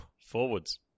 forwards